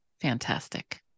Fantastic